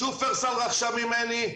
שופרסל רכשה ממני,